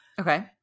Okay